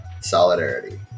solidarity